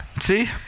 see